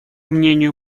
мнению